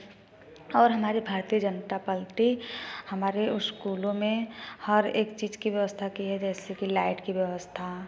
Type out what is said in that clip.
और हमारे भारतीय जनता पल्टी हमारे स्कूलों में हर एक चीज़ की व्यवस्था की है जैसे कि लाइट की व्यवस्था